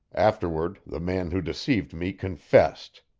afterward the man who deceived me confessed.